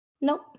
Nope